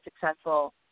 successful